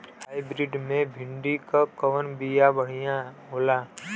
Hybrid मे भिंडी क कवन बिया बढ़ियां होला?